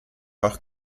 auch